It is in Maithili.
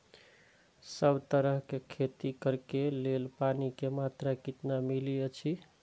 सब तरहक के खेती करे के लेल पानी के मात्रा कितना मिली अछि?